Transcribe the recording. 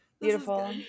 Beautiful